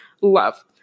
love